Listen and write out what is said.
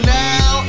now